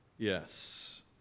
Yes